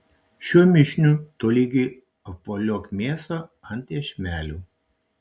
šiuo mišiniu tolygiai apvoliok mėsą ant iešmelių